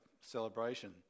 celebration